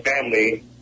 family